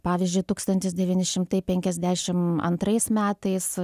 pavyzdžiui tūkstantis devyni šimtai penkiasdešimt antrais metais